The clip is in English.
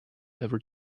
ever